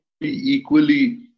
equally